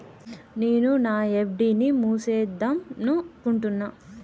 నేను నా ఎఫ్.డి ని మూసివేద్దాంనుకుంటున్న